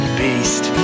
beast